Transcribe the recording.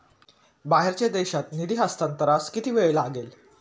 बाहेरच्या देशात निधी हस्तांतरणास किती वेळ लागेल?